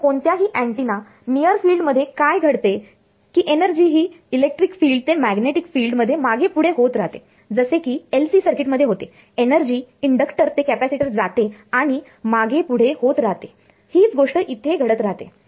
तर कोणत्याही antenna near field मध्ये काय घडते की एनर्जीenergy ऊर्जा ही इलेक्ट्रिक फिल्ड ते मॅग्नेटिक फिल्ड मध्ये मागेपुढे होत राहते जसे की LC सर्किट मध्ये होते एनर्जी इंडक्टर ते कॅपॅसिटर जाते आणि मागे आणि पुढे होत राहते हीच गोष्ट इथे हे घडत राहते